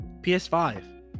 PS5